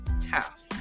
tough